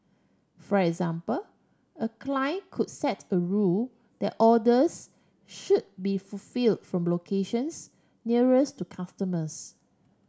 for example a client could set a rule that orders should be fulfilled from locations nearest to customers